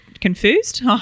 confused